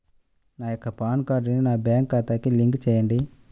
నా యొక్క పాన్ కార్డ్ని నా బ్యాంక్ ఖాతాకి లింక్ చెయ్యండి?